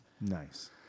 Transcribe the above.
nice